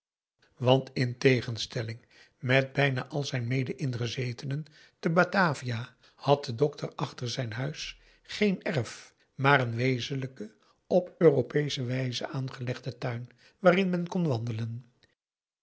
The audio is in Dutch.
want in tegenstelling met bijna al zijn mede ingezetenen te batavia had de dokter achter zijn huis geen erf maar een wezenlijken op europeesche wijze aangelegden tuin waarin men kon wandelen